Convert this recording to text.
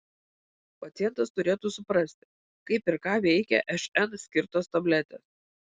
pacientas turėtų suprasti kaip ir ką veikia šn skirtos tabletės